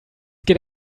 geht